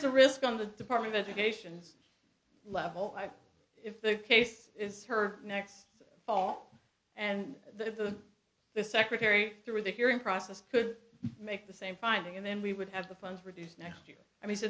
is a risk on the department of education's level and if the case is her next fall and the secretary through the hearing process could make the same finding and then we would have the funds reduced next year i mean